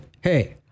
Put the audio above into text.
hey